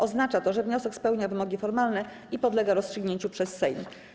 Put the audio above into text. Oznacza to, że wniosek spełnia wymogi formalne i podlega rozstrzygnięciu przez Sejm.